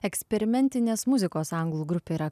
eksperimentinės muzikos anglų grupė yra